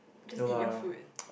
just eat your food